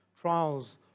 trials